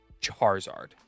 charizard